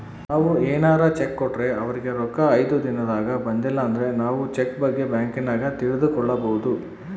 ನಾವು ಏನಾರ ಚೆಕ್ ಕೊಟ್ರೆ ಅವರಿಗೆ ರೊಕ್ಕ ಐದು ದಿನದಾಗ ಬಂದಿಲಂದ್ರ ನಾವು ಚೆಕ್ ಬಗ್ಗೆ ಬ್ಯಾಂಕಿನಾಗ ತಿಳಿದುಕೊಬೊದು